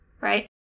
Right